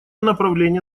направление